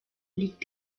liegt